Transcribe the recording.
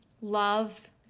love